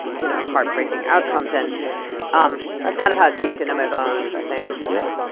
you know, heartbreaking outcomes. and um that's kind of how it seeped into my bones, i think yeah.